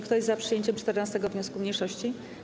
Kto jest za przyjęciem 14. wniosku mniejszości?